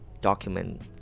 document